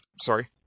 Sorry